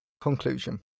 Conclusion